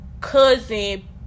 Cousin